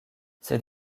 ces